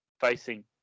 facing